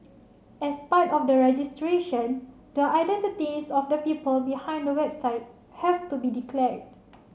as part of the registration the identities of the people behind the website have to be declared